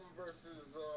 versus